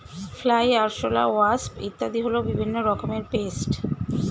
fly, আরশোলা, wasp ইত্যাদি হল বিভিন্ন রকমের পেস্ট